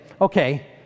okay